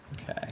Okay